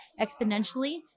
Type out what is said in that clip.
exponentially